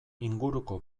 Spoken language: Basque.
inguruko